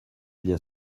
bien